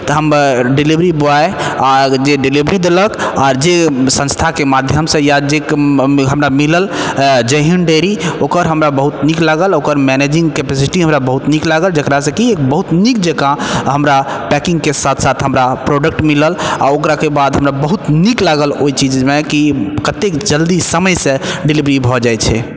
तऽ हम delivery boy जे डिलीवरी देलक आओर जे संस्थाके माध्यमसँ या जैसँ हमरा मिलल जय हिन्द डैरी ओकर हमरा बहुत नीक लागल ओकर मैनेजिंग कैपेसिटी हमरा बहुत नीक लागल जकरा से कि बहुत नीक जकाँ हमरा पैकिंगके साथ साथ हमरा प्रोडक्ट मिलल आओर ओकराके बात हमरा बहुत नीक लागल ओइ चीजमे कि कतेक जल्दी समयसँ डिलीवरी भऽ जाइ छै